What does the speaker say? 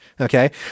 Okay